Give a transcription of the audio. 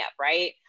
right